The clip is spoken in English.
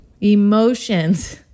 emotions